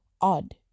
odd